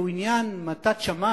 שהוא עניין של מתת שמים,